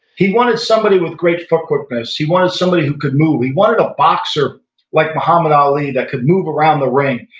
he wanted somebody with great foot quickness. he wanted somebody who could move. he wanted a boxer like muhammad ali that could move around the ring.